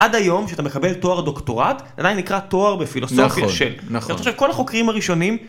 עד היום, כשאתה מקבל תואר דוקטורט, עדיין נקרא תואר בפילוסוף-של. נכון. כל החוקרים הראשונים...